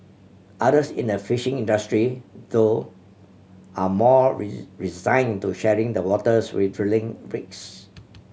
others in the fishing industry though are more resigned to sharing the waters with drilling rigs